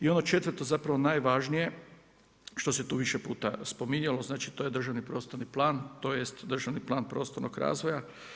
I ono četvrto zapravo najvažnije što se tu više puta spominjalo, znači to je državni prostorni plan, tj. državni plan prostornog razvoja.